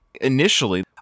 Initially